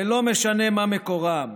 ולא משנה מה מקורם.